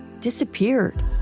disappeared